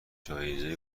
جایزه